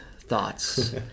thoughts